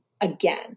again